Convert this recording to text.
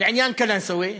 לעניין קלנסואה.